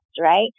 right